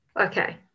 okay